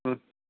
മ്മ്